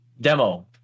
demo